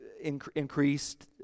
increased